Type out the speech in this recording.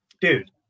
Dude